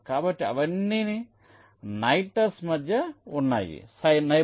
కాబట్టి అవన్నీ neighbours neighbors